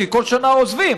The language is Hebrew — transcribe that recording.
כי כל שנה עוזבים